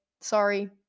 Sorry